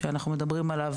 ועדיין,